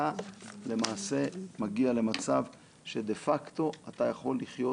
אתה למעשה מגיע למצב דה-פקטו שאתה יכול לחיות